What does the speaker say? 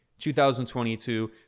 2022